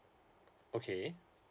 okay